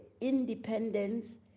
independence